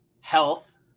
health